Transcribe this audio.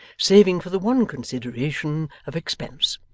saving for the one consideration of expense.